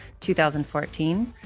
2014